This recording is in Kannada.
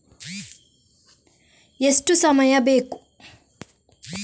ಎಷ್ಟು ಸಮಯ ಬೇಕು?